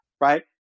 right